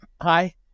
Hi